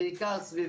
בעיקר סביב